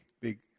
big